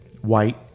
white